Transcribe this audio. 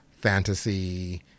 fantasy